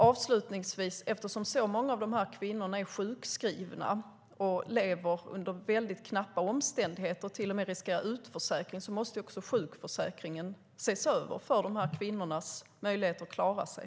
Avslutningsvis: Eftersom så många av de här kvinnorna är sjukskrivna, lever under väldigt knappa omständigheter och till och med riskerar utförsäkring måste också sjukförsäkringen ses över för att öka deras möjligheter att klara sig.